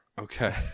Okay